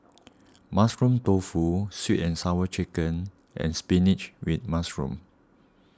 Mushroom Tofu Sweet and Sour Chicken and Spinach with Mushroom